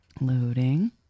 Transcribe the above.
Loading